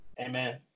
Amen